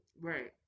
Right